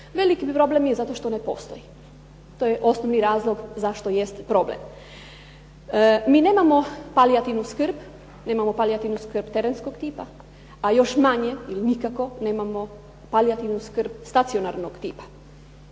Veliki problem je zato što ne postoji. To je osnovni razlog zašto jest problem. Mi nemamo palijativnu skrb, nemamo palijativnu skrb terenskog tipa, a još manje ili nikako nemamo palijativnu skrb stacionarnog tipa.